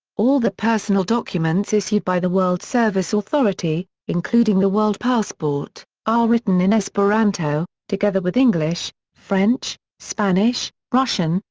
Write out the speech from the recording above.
all the personal documents issued by the world service authority, including the world passport, are written in esperanto, together with english, french, spanish, russian,